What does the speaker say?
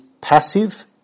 passive